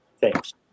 Thanks